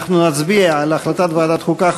אנחנו נצביע על החלטת ועדת החוקה,